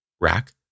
rack